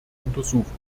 untersuchen